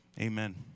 Amen